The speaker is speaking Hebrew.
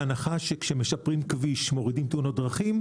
ההנחה שכאשר משפרים כביש מורידים תאונות דרכים,